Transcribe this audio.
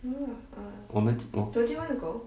我们我